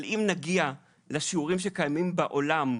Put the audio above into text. אם נגיע לשיעורים שקיימים בעולם,